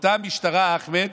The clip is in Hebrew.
אותה משטרה, אחמד,